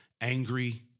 angry